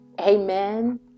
Amen